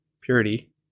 purity